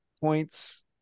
points